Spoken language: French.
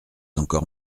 encore